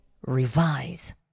revise